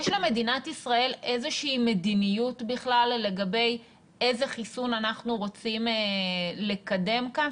למדינת ישראל יש איזושהי מדיניות לגבי איזה חיסון אנחנו רוצים לקדם כאן?